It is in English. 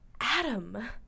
Adam